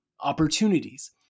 opportunities